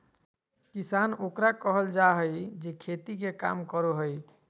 किसान ओकरा कहल जाय हइ जे खेती के काम करो हइ